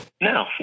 No